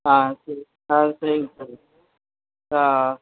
ஆ சரி ஆ சரிங்க சார் ஆ ஆ